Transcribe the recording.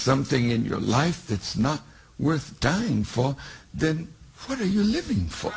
something in your life that's not worth dying for then what are you living for